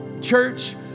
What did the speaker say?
Church